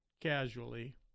casually